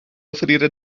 offrire